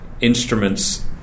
instruments